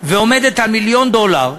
ועומדת על מיליון דולר,